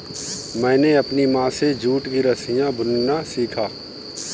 मैंने अपनी माँ से जूट की रस्सियाँ बुनना सीखा